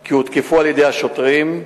כי הותקפו על-ידי השוטרים,